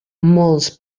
molts